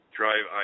drive